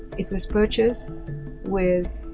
it was purchased with